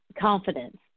confidence